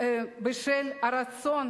בשל הרצון